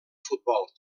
futbol